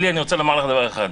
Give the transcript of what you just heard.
אלי, אני רוצה לומר לך דבר אחד,